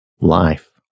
life